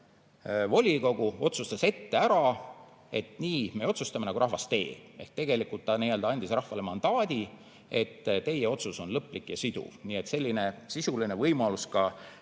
Vallavolikogu otsustas ette ära, et nii me otsustame, nagu rahvas teeb. Ehk tegelikult ta andis rahvale mandaadi: teie otsus on lõplik ja siduv. Nii et selline sisuline võimalus ka